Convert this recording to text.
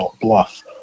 bluff